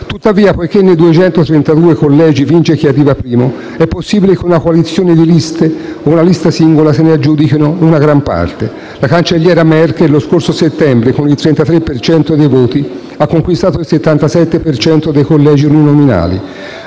Tuttavia, poiché nei 232 collegi vince chi arriva primo, è possibile che una coalizione di liste o una lista singola se ne aggiudichino una gran parte. La cancelliera Merkel, lo scorso settembre, con il 33 per cento dei voti ha conquistato il 77 per cento dei collegi uninominali.